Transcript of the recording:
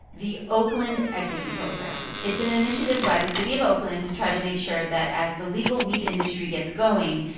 the oakland equity program it's an initiative by the city of oakland to try to make sure that as the legal weed industry gets going,